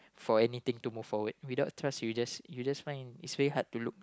or anything to move forward without trust you just you just find it's very hard to look